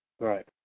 Right